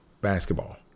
basketball